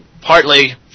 partly